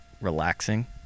relaxing